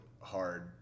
hard